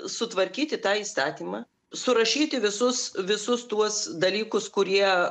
sutvarkyti tą įstatymą surašyti visus visus tuos dalykus kurie